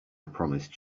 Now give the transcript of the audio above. promised